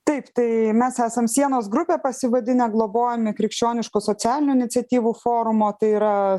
taip tai mes esam sienos grupe pasivadinę globojami krikščioniškos socialinių iniciatyvų forumo tai yra